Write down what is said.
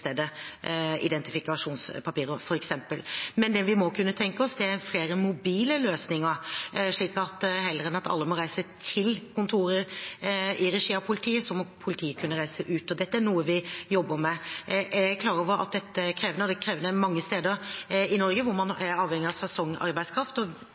identifikasjonspapirer, f.eks. Det vi må kunne tenke oss, er flere mobile løsninger, slik at heller enn at alle må reise til politiet, må politiet reise ut. Dette er noe vi jobber med. Jeg er klar over at dette er krevende. Det er krevende mange steder i Norge der man er avhengig av sesongarbeidskraft og